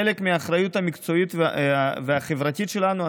כחלק מהאחריות המקצועית והחברתית שלנו,